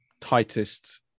tightest